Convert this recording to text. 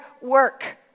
work